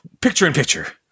picture-in-picture